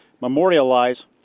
memorialize